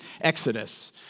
Exodus